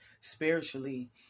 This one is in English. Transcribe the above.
spiritually